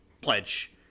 pledge